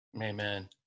Amen